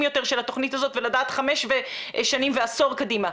יותר של התכנית הזאת ולדעת חמש שנים ועשור קדימה.